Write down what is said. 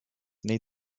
need